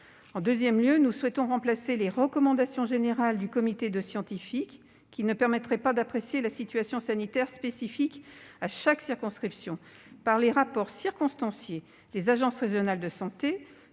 En deuxième lieu, nous souhaitons remplacer les « recommandations générales » du comité de scientifiques, qui ne permettraient pas d'apprécier la situation sanitaire spécifique à chaque circonscription, par des rapports circonstanciés des ARS, présentés